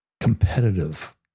competitive